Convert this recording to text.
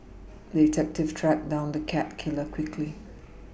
the detective tracked down the cat killer quickly